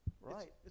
Right